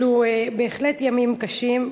אלו בהחלט ימים קשים,